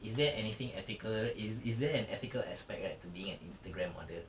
is there anything ethical is is there an ethical aspect right to being an Instagram model